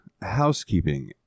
housekeeping